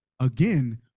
Again